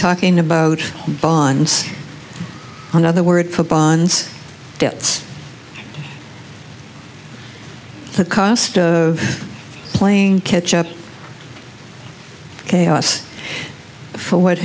talking about bonds another word for bonds debts the cost of playing catch up chaos for what